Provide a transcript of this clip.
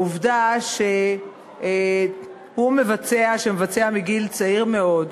לעובדה שהוא מבצע מגיל צעיר מאוד,